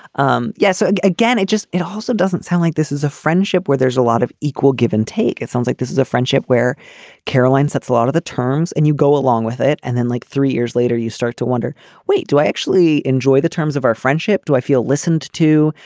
um yeah so again it just it also doesn't sound like this is a friendship where there's a lot of equal give and take. it sounds like this is a friendship where caroline sets a lot of the terms and you go along with it and then like three years later you start to wonder wait. do i actually enjoy the terms of our friendship. do i feel listened to.